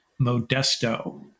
Modesto